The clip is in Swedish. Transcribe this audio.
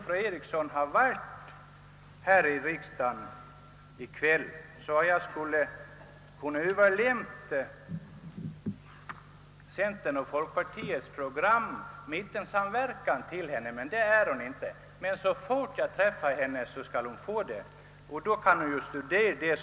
Om fru Eriksson hade varit här i kammaren i kväll kunde jag ha överlämnat centerpartiets och folkpartiets program »Mittensamverkan» till henne. Så snart jag träffar henne skall hon emellertid få det.